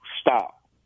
stop